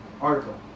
article